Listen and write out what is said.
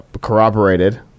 Corroborated